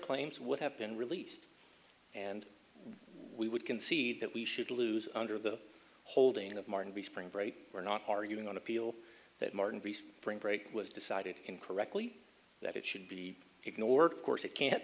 claims would have been released and we would concede that we should lose under the holding of martin be spring break or not targeting on appeal that martin rees brings great was decided in correctly that it should be ignored of course it can't